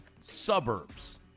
suburbs